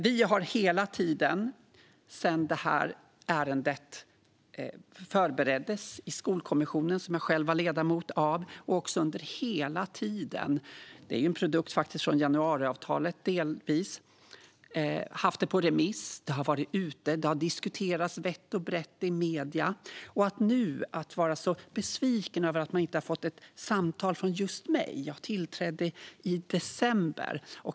Vi har hela tiden sedan ärendet förbereddes i Skolkommissionen, som jag själv var ledamot av, och under hela tiden haft det på remiss. Det är delvis en produkt från januariavtalet. Det har varit ute på remiss, och det har diskuterats vitt och brett i medierna. Nu säger man sig vara så besviken över att man inte har fått ett samtal från just mig. Jag tillträdde i december.